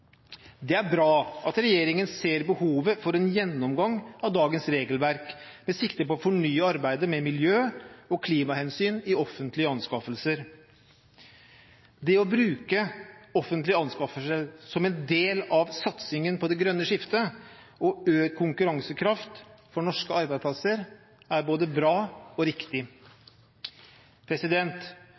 Det er bra at regjeringen ser behovet for en gjennomgang av dagens regelverk med sikte på å fornye arbeidet med miljø- og klimahensyn i offentlige anskaffelser. Det å bruke offentlige anskaffelser som en del av satsingen på det grønne skiftet og økt konkurransekraft for norske arbeidsplasser er både bra og riktig.